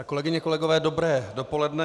Kolegyně, kolegové, dobré dopoledne.